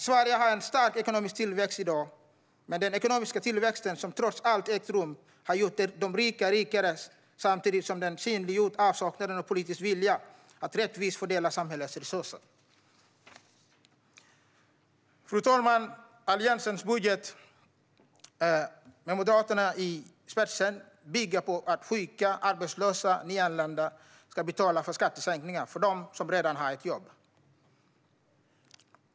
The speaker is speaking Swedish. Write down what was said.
Sverige har en stark ekonomisk tillväxt i dag, men den ekonomiska tillväxt som trots allt ägt rum har gjort de rika rikare samtidigt som den synliggjort avsaknaden av politisk vilja att rättvist fördela samhällets resurser. Fru talman! Den budget som Alliansen, med Moderaterna i spetsen, presenterat bygger på att sjuka, arbetslösa och nyanlända ska betala för skattesänkningar för dem som redan har ett jobb.